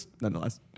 Nonetheless